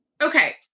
Okay